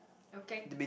okay